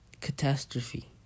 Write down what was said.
catastrophe